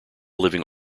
living